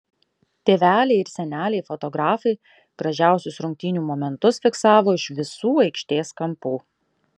tėveliai ir seneliai fotografai gražiausius rungtynių momentus fiksavo iš visų aikštės kampų